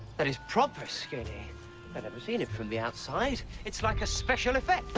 that is proper skinny. i've never seen it from the outside. it's like a special effect.